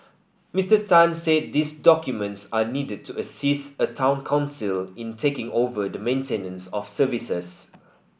Mister Tan said these documents are needed to assist a Town Council in taking over the maintenance of services